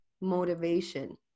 motivation